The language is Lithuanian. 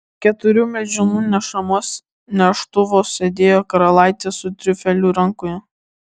keturių milžinų nešamuos neštuvuos sėdėjo karalaitė su triufeliu rankoje